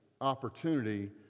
opportunity